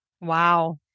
Wow